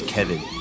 Kevin